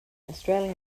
australia